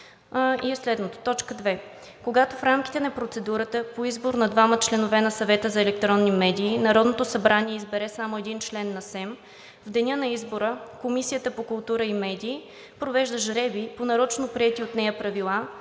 и е следното: „т. 2. Когато в рамките на процедурата по избор на двама членове на Съвета за електронни медии Народното събрание избере само един член на СЕМ, в деня на избора Комисията по културата и медиите провежда жребий по нарочно приети от нея правила,